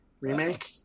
Remake